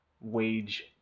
wage